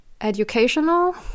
educational